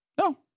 No